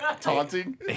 taunting